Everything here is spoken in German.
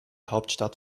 hauptstadt